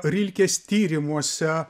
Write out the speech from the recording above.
rilkės tyrimuose